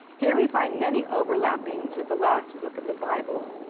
here we find many overlappings with the last book of the bible.